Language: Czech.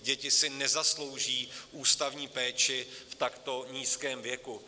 Děti si nezaslouží ústavní péči v takto nízkém věku.